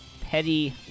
petty